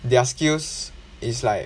their skills is like